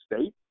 State